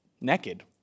naked